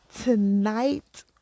Tonight